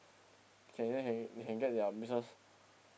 can they hey they can get their business